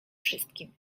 wszystkim